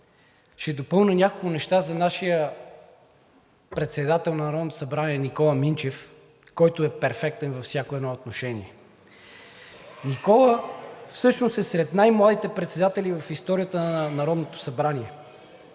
ще допълня няколко неща за нашия председател на Народното събрание – Никола Минчев, който е перфектен във всяко едно отношение. Никола всъщност е сред най-младите председатели в историята на Народно събрание.